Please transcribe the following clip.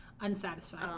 unsatisfied